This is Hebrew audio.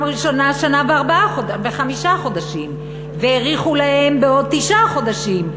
הראשונה שנה וחמישה חודשים והאריכו להן בעוד תשעה חודשים,